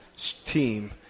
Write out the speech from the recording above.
team